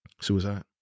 suicide